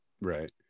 Right